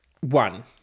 One